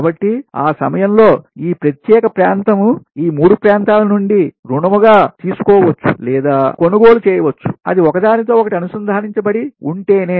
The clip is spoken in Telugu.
కాబట్టి ఆ సమయంలో ఈ ప్రత్యేక ప్రాంతం ఈ 3 ప్రాంతాల నుండి రుణము గా తీసుకోవచ్చు లేదా కొనుగోలు చేయవచ్చు అది ఒకదానితో ఒకటి అనుసంధానించబడి ఉంటేనే